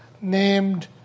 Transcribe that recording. named